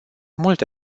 multe